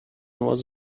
was